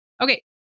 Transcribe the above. okay